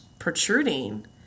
protruding